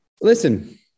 listen